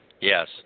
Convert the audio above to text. Yes